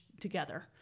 together